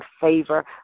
favor